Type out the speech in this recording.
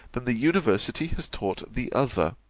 than the university has taught the other.